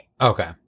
Okay